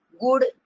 good